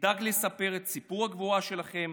נדאג לספר את סיפור הגבורה שלכם